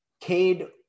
Cade